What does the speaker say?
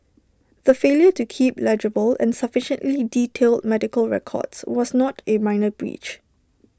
the failure to keep legible and sufficiently detailed medical records was not A minor breach